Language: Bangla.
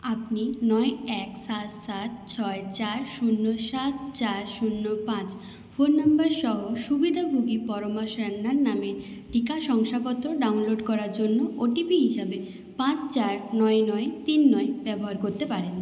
আপনি নয় এক সাত সাত ছয় চার শূন্য সাত চার শূন্য পাঁচ ফোন নম্বর সহ সুবিধাভোগী পরমা সান্যাল নামের টিকা শংসাপত্র ডাউনলোড করার জন্য ওটিপি হিসাবে পাঁচ চার নয় নয় তিন নয় ব্যবহার করতে পারেন